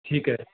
ਠੀਕ ਹੈ